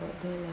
what